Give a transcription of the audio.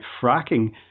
fracking